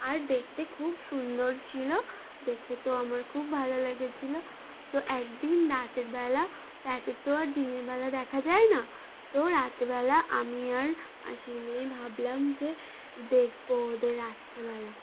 আর দেখতে খুব সুন্দর ছিল দেখে তো আমার খুব ভালো লেগেছিলো তো একদিন রাতেরবেেলা পঁচে তো আর দিনের বেলা দেখা যায় না তো রাতেরবেলা আমি আর হঁশির মেয়ে ভাবলাম যে দেখবো ওদের রাত্রবেলা